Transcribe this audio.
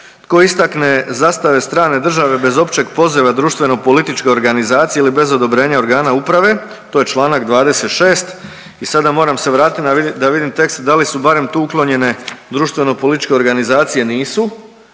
Tko istakne zastave strane države bez općeg poziva društveno političke organizacije ili bez odobrenja organa uprave, to je Članak 26. i sada moram se vratiti da vidim tekst da li su barem tu uklonjene društveno političke organizacije, nisu,